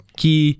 key